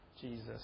Jesus